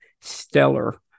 stellar